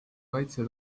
kaitse